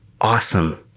awesome